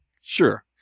Sure